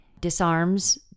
disarms